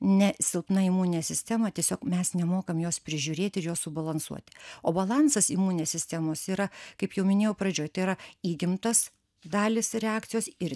ne silpna imuninė sistema o tiesiog mes nemokam jos prižiūrėti ir jos subalansuoti o balansas imuninės sistemos yra kaip jau minėjau pradžioj tai yra įgimtos dalys ir reakcijos ir